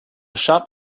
shop